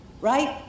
right